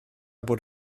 bod